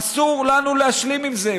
אסור לנו להשלים עם זה,